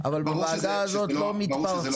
אבל בוועדה הזאת לא מתפרצים.